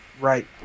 Right